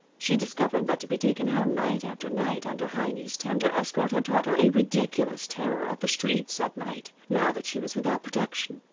she discovered that to be taken home night after night under heiny's tender escort had taught her a ridiculous terror of the streets at night now that she was without protection.